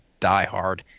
diehard